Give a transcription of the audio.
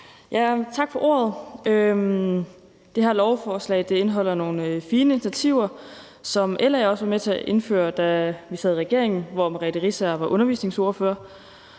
Tak for ordet. Det her lovforslag indeholder nogle fine initiativer, som LA også var med til at indføre, da vi sad i regering og Merete Riisager var undervisningsminister.